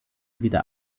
wieder